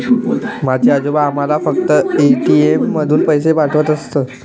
माझे आजोबा आम्हाला फक्त ए.टी.एम मधून पैसे पाठवत असत